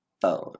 phone